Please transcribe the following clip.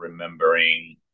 Remembering